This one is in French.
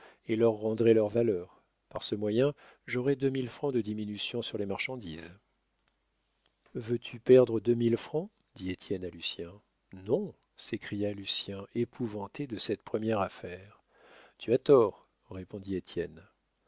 et leur rendrai leurs valeurs par ce moyen j'aurai deux mille francs de diminution sur les marchandises veux-tu perdre deux mille francs dit étienne à lucien non s'écria lucien épouvanté de cette première affaire tu as tort répondit étienne